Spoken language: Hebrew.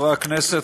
חברי הכנסת,